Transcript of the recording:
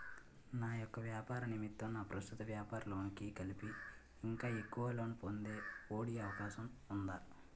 నా యెక్క వ్యాపార నిమిత్తం నా ప్రస్తుత వ్యాపార లోన్ కి కలిపి ఇంకా ఎక్కువ లోన్ పొందే ఒ.డి అవకాశం ఉందా?